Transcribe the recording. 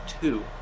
two